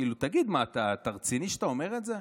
כאילו, תגיד, מה, אתה רציני שאתה אומר את זה?